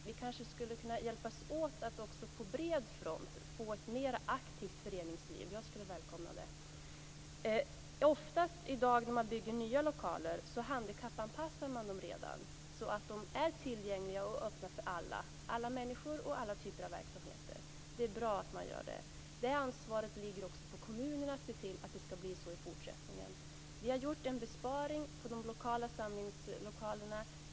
Vi kanske skulle kunna hjälpas åt på bred front att också få ett mer aktivt föreningsliv. Jag skulle välkomna det. Oftast när man bygger nya lokaler i dag handikappanpassar man dem redan från början så att de är tillgängliga och öppna för alla människor och alla typer av verksamheter. Det är bra att man gör det. Det ligger också ett ansvar på kommunerna att se till att det skall bli så i fortsättningen. Vi har gjort en besparing vad gäller de lokala samlingslokalerna.